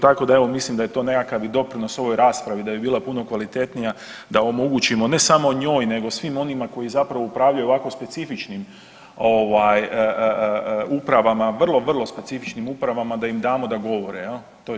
Tako da evo mislim da je to nekakav doprinos ovoj raspravi da bi bila puno kvalitetnija da omogućimo ne samo njoj, nego svim onima koji zapravo upravljaju ovako specifičnim upravama, vrlo, vrlo specifičnim upravama, da im damo da govore, jel.